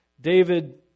David